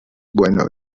bueno